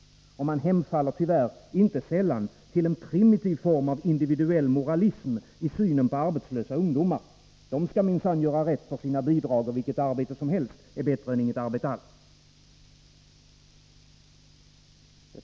Man hemfaller, tvyärr, inte sällan till en primitiv form av individuell moralism i synen på arbetslösa ungdomar — de skall minsann göra rätt för sina bidrag, och vilket arbete som helst är bättre än inget arbete alls.